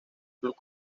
club